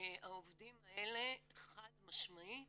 העובדים האלה חד משמעית